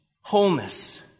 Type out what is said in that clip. wholeness